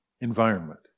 environment